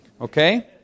Okay